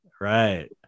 Right